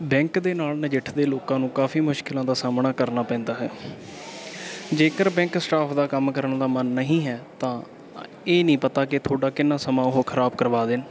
bank ਦੇ ਨਾਲ ਨਜਿੱਠਦੇ ਲੋਕਾਂ ਨੂੰ ਕਾਫੀ ਮੁਸ਼ਕਿਲਾਂ ਦਾ ਸਾਹਮਣਾ ਕਰਨਾ ਪੈਂਦਾ ਹੈ ਜੇਕਰ ਬੈਂਕ ਸਟਾਫ ਦਾ ਕੰਮ ਕਰਨ ਦਾ ਮਨ ਨਹੀਂ ਹੈ ਤਾਂ ਇਹ ਨਹੀਂ ਪਤਾ ਕਿ ਤੁਹਾਡਾ ਕਿੰਨਾ ਸਮਾਂ ਉਹ ਖ਼ਰਾਬ ਕਰਵਾ ਦੇਣ